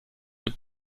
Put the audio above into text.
eine